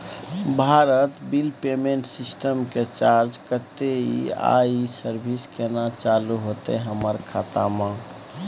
Bharat bill payment system के charge कत्ते इ आ इ सर्विस केना चालू होतै हमर खाता म?